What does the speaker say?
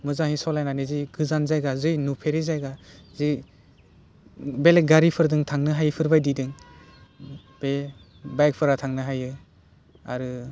मोजाङै सलायनानै जि गोजान जायगा जै नुफेरै जायगा जे बेलेग गारिफोरजों थांनो हायैफोर बायदि दों बे बायकफोरा थांनो हायो आरो